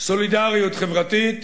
סולידריות חברתית